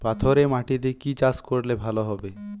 পাথরে মাটিতে কি চাষ করলে ভালো হবে?